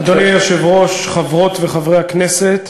אדוני היושב-ראש, חברות וחברי הכנסת,